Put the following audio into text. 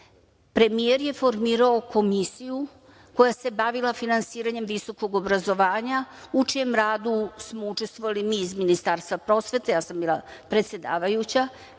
premijer je formirao komisiju koja se bavila finansiranjem visokog obrazovanja, u čijem radu smo učestvovali mi iz Ministarstva prosvete, ja sam bila predsedavajuća,